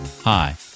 hi